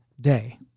day